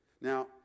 Now